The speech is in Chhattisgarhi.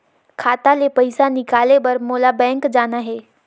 खाता ले पइसा निकाले बर मोला बैंक जाना हे?